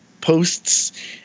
posts